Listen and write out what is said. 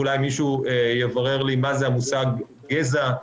ואולי מישהו יברר לי מה זה המושג "גזע".